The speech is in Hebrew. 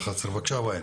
ואיל, בבקשה.